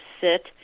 sit